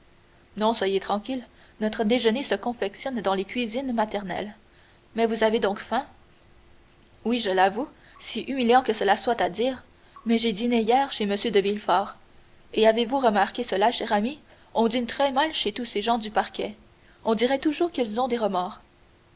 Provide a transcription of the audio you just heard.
non soyez tranquille notre déjeuner se confectionne dans les cuisines maternelles mais vous avez donc faim oui je l'avoue si humiliant que cela soit à dire mais j'ai dîné hier chez m de villefort et avez-vous remarqué cela cher ami on dîne très mal chez tous ces gens du parquet on dirait toujours qu'ils ont des remords